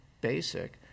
basic